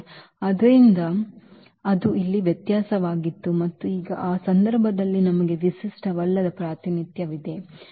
ಆದ್ದರಿಂದ ಅದು ಇಲ್ಲಿ ವ್ಯತ್ಯಾಸವಾಗಿತ್ತು ಮತ್ತು ಈಗ ಈ ಸಂದರ್ಭದಲ್ಲಿ ನಮಗೆ ವಿಶಿಷ್ಟವಲ್ಲದ ಪ್ರಾತಿನಿಧ್ಯವಿದೆ